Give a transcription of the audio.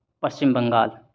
Paschim Bengal